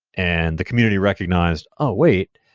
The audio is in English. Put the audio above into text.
and the community recognized, oh, wait.